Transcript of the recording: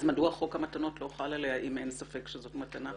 אז מדוע חוק המתנות לא חל עליה אם אין ספק שזאת מתנה?